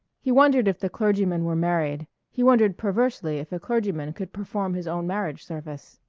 he wondered if the clergyman were married he wondered perversely if a clergyman could perform his own marriage service.